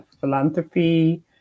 philanthropy